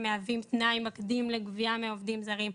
מהווים תנאי מקדים לגבייה מעובדים זרים.